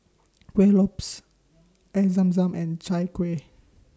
Kueh Lopes Air Zam Zam and Chai Kueh